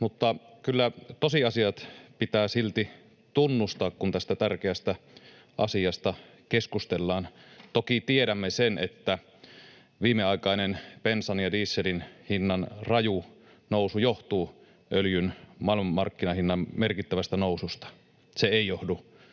mutta kyllä tosiasiat pitää silti tunnustaa, kun tästä tärkeästä asiasta keskustellaan. Toki tiedämme, että viimeaikainen bensan ja dieselin hinnan raju nousu johtuu öljyn maailmanmarkkinahinnan merkittävästä noususta. Se ei johdu